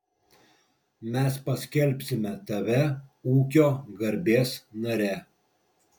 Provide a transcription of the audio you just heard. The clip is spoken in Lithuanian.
mes paskelbsime tave ūkio garbės nare